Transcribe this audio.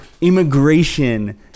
immigration